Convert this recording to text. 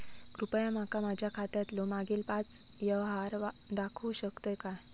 कृपया माका माझ्या खात्यातलो मागील पाच यव्हहार दाखवु शकतय काय?